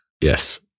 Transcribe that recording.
Yes